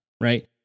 right